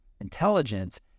intelligence